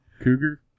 Cougar